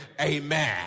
Amen